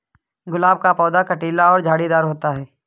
गुलाब का पौधा कटीला और झाड़ीदार होता है